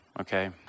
okay